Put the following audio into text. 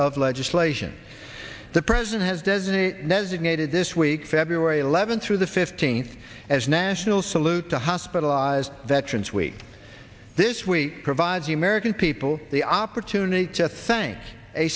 of legislation the president has designated as ignited this week february eleventh through the steen as national salute to hospitalized veterans week this week provides the american people the opportunity